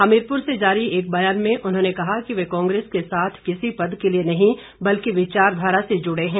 हमीरपुर से जारी एक बयान में उन्होंने कहा कि वे कांग्रेस के साथ किसी पद के लिए नहीं जबकि विचारधारा से जुड़े हैं